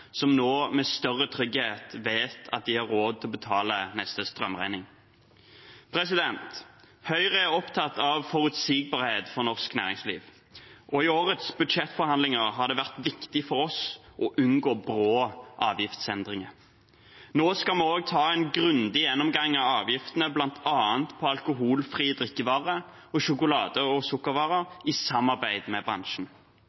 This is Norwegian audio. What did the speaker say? som nå med større trygghet vet at de har råd til å betale neste strømregning. Høyre er opptatt av forutsigbarhet for norsk næringsliv, og i årets budsjettforhandlinger har det vært viktig for oss å unngå brå avgiftsendringer. Nå skal vi også ta en grundig gjennomgang av avgiftene, bl.a. på alkoholfrie drikkevarer og sjokolade- og